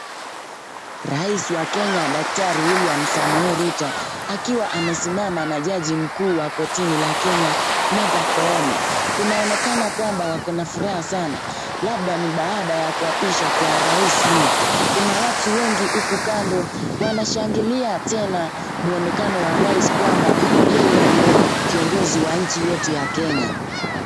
Rais wa kenya daktari William Samoei Ruto akiwa amesimama na jaji mkuu wa kotini la kenya, Martha Koome, kunaonekana wako na furaha sana, labda ni kuapishwa kwa rais huyu. Kuna watu wengi huku kando wanashangilia tena, mwonekano wa rais kwamba yeye ni kiongozi wa nchi yetu ya kenya.